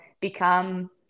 become